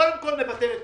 קודם כל נבטל את